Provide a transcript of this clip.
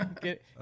Get